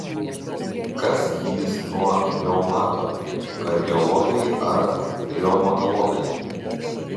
kas gydys nuo reumato kardiologai ar reumatologai